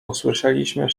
usłyszeliśmy